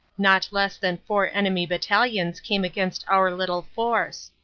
not less than four enemy battalions came against our little force.